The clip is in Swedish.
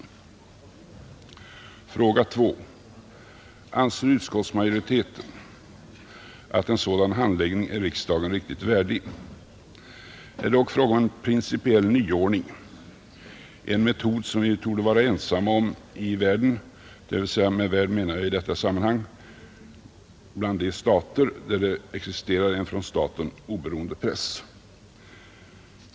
Min fråga nr 2 är därför: Anser utskottsmajoriteten att en sådan handläggning är riksdagen riktigt värdig? Det gäller dock här en principiell nyordning, en metod som vi torde vara ensamma om i världen. Med begreppet ”världen” menar jag i detta sammanhang de länder där det existerar en av staten oberoende press.